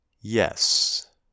Yes